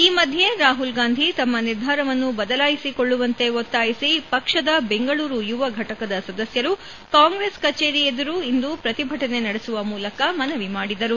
ಈ ಮಧ್ಯೆ ರಾಹುಲ್ ಗಾಂಧಿ ತಮ್ಮ ನಿರ್ಧಾರವನ್ನು ಬದಲಾಯಿಸಿಕೊಳ್ಳುವಂತೆ ಒತ್ತಾಯಿಸಿ ಪಕ್ಷದ ಬೆಂಗಳೂರು ಯುವ ಫಟಕದ ಸದಸ್ಯರು ಕಾಂಗ್ರೆಸ್ ಕಚೇರಿ ಎದುರು ಇಂದು ಪ್ರತಿಭಟನೆ ನಡೆಸುವ ಮೂಲಕ ಮನವಿ ಮಾಡಿದರು